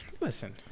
Listen